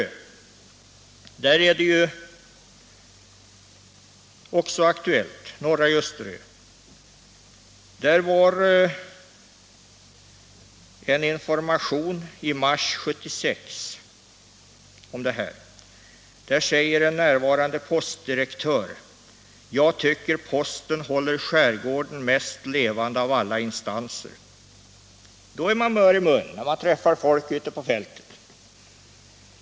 På norra Ljusterö är det också aktuellt med en poststationsindragning. Vid ett informationstillfälle i mars 1976 sade en närvarande postdirektör: Jag tycker posten håller skärgården mest levande av alla instanser. — Då är man mör i munnen, när man träffar folk ute på fältet.